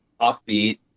offbeat